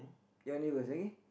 your neighbours okay